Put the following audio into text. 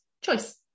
choice